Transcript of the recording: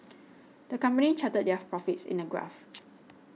the company charted their profits in a graph